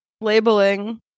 labeling